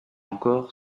encore